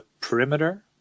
perimeter